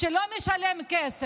אם הוא לא משלם כסף